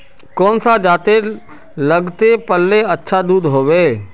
कौन सा जतेर लगते पाल्ले अच्छा दूध होवे?